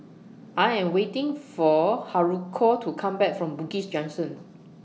I Am waiting For Haruko to Come Back from Bugis Junction